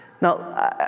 Now